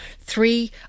Three